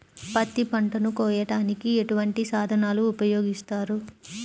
పత్తి పంటను కోయటానికి ఎటువంటి సాధనలు ఉపయోగిస్తారు?